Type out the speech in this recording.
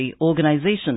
organization